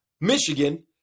Michigan